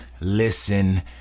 listen